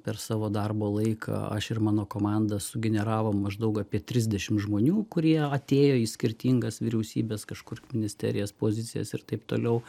per savo darbo laiką aš ir mano komanda sugeneravo maždaug apie trisdešim žmonių kurie atėjo į skirtingas vyriausybes kažkur misterijas pozicijas ir taip toliau